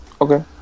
Okay